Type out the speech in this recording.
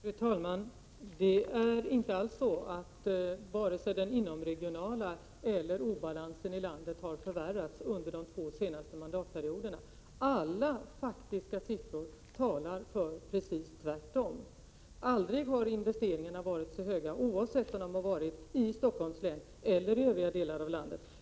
Fru talman! Det är inte alls så, att vare sig den inomregionala obalansen eller obalansen i landet som helhet har förvärrats under de två senaste mandatperioderna. Alla faktiska siffror talar för att det är precis tvärtom. Aldrig har investeringarna varit så höga, varken i Stockholms län eller i övriga delar av landet.